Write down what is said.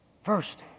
first